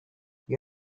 you